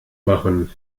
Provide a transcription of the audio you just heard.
machen